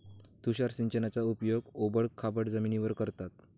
तुषार सिंचनाचा उपयोग ओबड खाबड जमिनीवर करतात